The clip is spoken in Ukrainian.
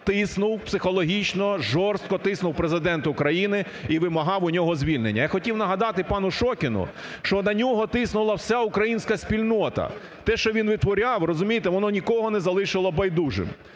тиснув психологічно, жорстко тиснув Президент України і вимагав у нього звільнення. Я хотів нагадати пану Шокіну, що на нього тиснула вся українська спільнота, те, що він витворяв, розумієте, воно нікого не залишило байдужим.